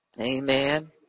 Amen